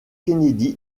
kennedy